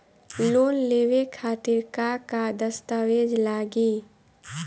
Loan लेवे खातिर का का दस्तावेज लागी?